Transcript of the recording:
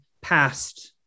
past